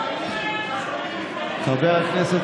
היושב-ראש,